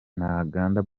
ntaganda